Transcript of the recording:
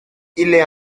est